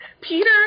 Peter